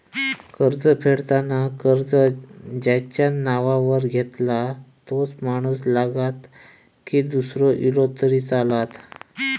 कर्ज फेडताना कर्ज ज्याच्या नावावर घेतला तोच माणूस लागता की दूसरो इलो तरी चलात?